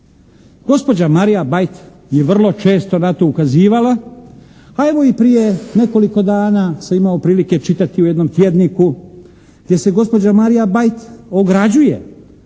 Gospođa Marija Bajt je vrlo često na to ukazivala, a evo i prije nekoliko dana sam imao prilike čitati u jednom tjedniku gdje se gospođa Marija Bajt ograđuje